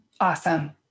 awesome